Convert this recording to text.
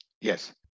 Yes